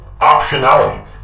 optionality